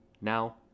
Now